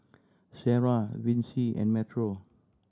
Sarrah Vicy and Metro